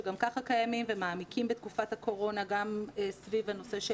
שגם ככה קיימים ומעמיקים בתקופת הקורונה גם סביב הנושא של